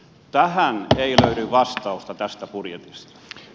tähän ei löydy vastausta tästä budjetista